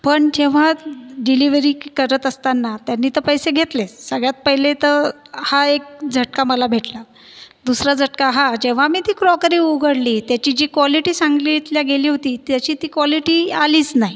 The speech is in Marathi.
पण जेव्हा डिलीव्हरी करत असताना त्यांनी तर पैसे घेतले सगळ्यात पहिले तर हा एक झटका मला भेटला दुसरा झटका हा जेव्हा मी ती क्रॉकरी उघडली त्याची जी कॉलिटी सांगितल्या गेली होती त्याची ती क्वालिटी आलीच नाही